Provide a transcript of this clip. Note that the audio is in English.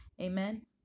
amen